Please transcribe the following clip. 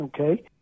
Okay